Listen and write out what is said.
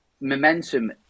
momentum